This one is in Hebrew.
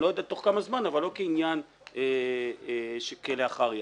אני לא יודע כמה זמן, אבל לא כעניין של כלאחר יד.